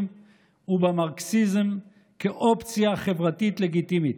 ובמרקסיזם כאופציה חברתית לגיטימית.